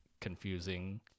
confusing